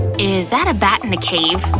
is that a bat in the cave?